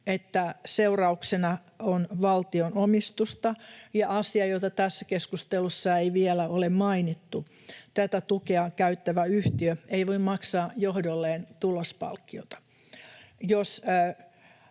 että seurauksena on valtion omistusta ja asia, jota tässä keskustelussa ei vielä ole mainittu: tätä tukea käyttävä yhtiö ei voi maksaa johdolleen tulospalkkiota.